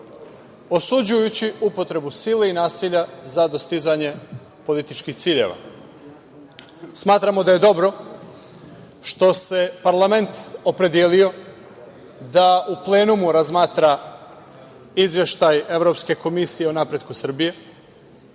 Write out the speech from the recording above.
osuđujući upotrebu sile i nasilja za dostizanje političkih ciljeva. Smatramo da je dobro što se parlament opredelio da u plenumu razmatra izvešta Evropske komisije o napretku Srbije.